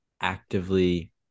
actively